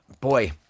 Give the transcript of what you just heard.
boy